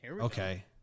Okay